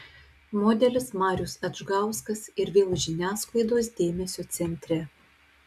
modelis marius adžgauskas ir vėl žiniasklaidos dėmesio centre